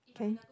okay